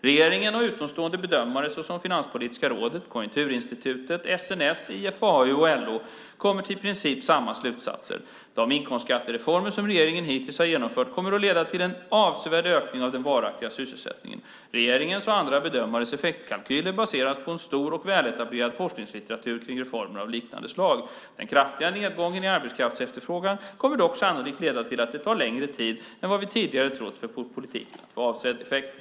Regeringen och utomstående bedömare, såsom Finanspolitiska rådet, Konjunkturinstitutet, SNS, IFAU och LO, kommer i princip till samma slutsatser: De inkomstskattereformer som regeringen hittills har genomfört kommer att leda till en avsevärd ökning av den varaktiga sysselsättningen . Regeringens och andra bedömares effektkalkyler baseras på en stor och väletablerad forskningslitteratur kring reformer av liknande slag. Den kraftiga nedgången i arbetskraftsefterfrågan kommer dock sannolikt att leda till att det tar längre tid än vad vi tidigare har trott för politiken att få avsedd effekt.